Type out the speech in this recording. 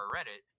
Reddit